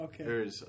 Okay